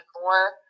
more